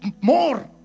more